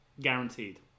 Guaranteed